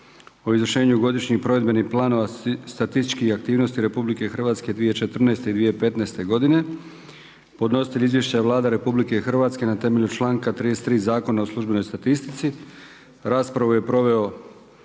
o izvršenju godišnjih provedbenih planova statističkih aktivnosti RH 2014. i 2015. godine. Podnositelj izvješća je Vlada Republike Hrvatske na temelju članka 33. Zakona o službenoj statistici. Raspravu je proveo